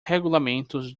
regulamentos